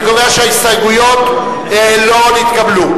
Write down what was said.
אני קובע שההסתייגויות לא נתקבלו.